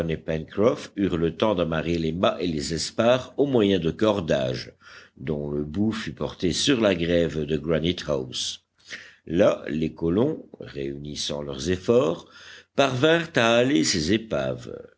eurent le temps d'amarrer les mâts et les espars au moyen de cordages dont le bout fut porté sur la grève de granite house là les colons réunissant leurs efforts parvinrent à haler ces épaves